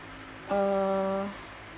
uh